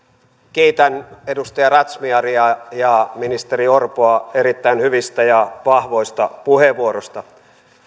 kiitän edustaja razmyaria ja ministeri orpoa erittäin hyvistä ja vahvoista puheenvuoroista